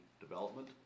development